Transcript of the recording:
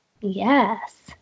Yes